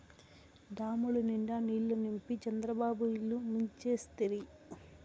డాముల నిండా నీళ్ళు నింపి చంద్రబాబు ఇల్లు ముంచేస్తిరి